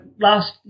last